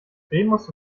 remus